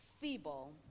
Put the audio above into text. feeble